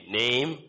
name